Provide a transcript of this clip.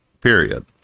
period